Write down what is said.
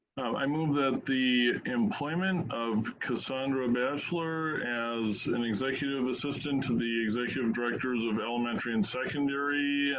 i move that the employment of casandra bachelor as an executive assistant to the executive directors of elementary and secondary